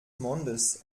mondes